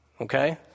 okay